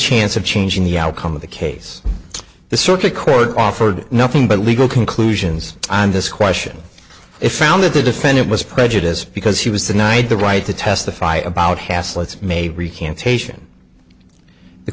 chance of changing the outcome of the case the circuit court offered nothing but legal conclusions i'm this question if found that the defendant was prejudiced because he was denied the right to testify about haslett maybe recantation the